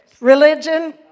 religion